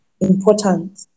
important